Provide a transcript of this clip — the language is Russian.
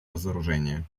разоружения